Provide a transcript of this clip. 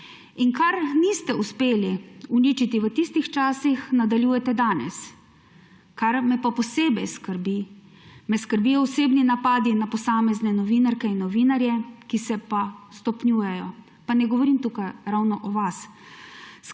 Kar niste uspeli uničiti v tistih časih, nadaljujete danes. Kar me pa posebej skrbi, me skrbijo osebni napadi na posamezne novinarke in novinarje, ki se pa stopnjujejo. Pa ne govorim tukaj ravno o vas.